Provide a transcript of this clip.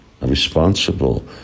responsible